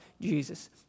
Jesus